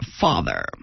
father